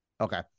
Okay